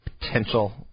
potential